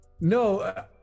No